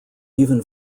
even